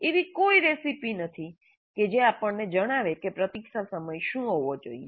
એવી કોઈ રેસીપી નથી કે જે આપણને જણાવે કે પ્રતીક્ષા સમય શું હોવો જોઈએ